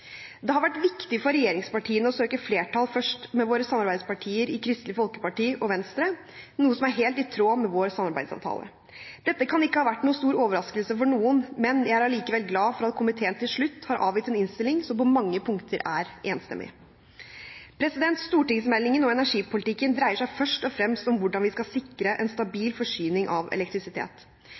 Det har vært viktig for regjeringspartiene å søke flertall først med våre samarbeidspartier Kristelig Folkeparti og Venstre, noe som er helt i tråd med vår samarbeidsavtale. Dette kan ikke ha vært noen stor overraskelse for noen, men jeg er likevel glad for at komiteen til slutt har avgitt en innstilling som på mange punkter er enstemmig. Stortingsmeldingen og energipolitikken dreier seg først og fremst om hvordan vi skal sikre en stabil forsyning av elektrisitet.